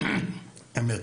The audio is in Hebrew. אמת.